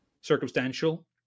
circumstantial